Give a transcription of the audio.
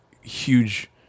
huge